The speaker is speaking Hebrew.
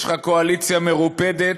יש לך קואליציה מרופדת.